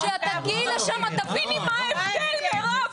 כשאת תגיעי לשם את תביני מה ההבדל, מירב.